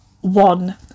One